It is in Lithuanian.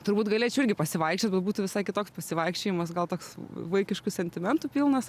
turbūt galėčiau irgi pasivaikščiot bet būtų visai kitoks pasivaikščiojimas gal toks vaikiškų sentimentų pilnas